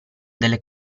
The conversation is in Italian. delle